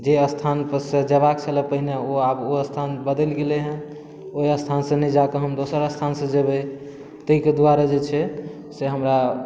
जाहि स्थानपरसँ जेबाक छलै पहिने ओ स्थान आब ओ बदलि गेलै हेँ ओहि स्थानसँ नहि जाकऽ हम दोसर स्थानसँ जेबै ताहिके दुआरे जे छै से हमरा